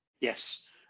Yes